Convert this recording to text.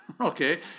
Okay